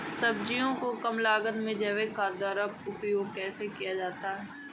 सब्जियों को कम लागत में जैविक खाद द्वारा उपयोग कैसे किया जाता है?